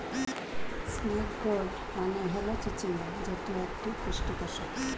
snake gourd মানে হল চিচিঙ্গা যেটি একটি পুষ্টিকর সবজি